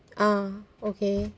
ah okay